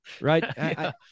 Right